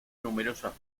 numerosas